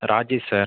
Rajesh sir